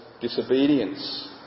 disobedience